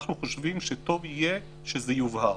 אנחנו חושבים שטוב יהיה שזה יובהר.